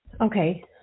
Okay